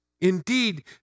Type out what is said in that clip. Indeed